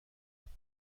کاری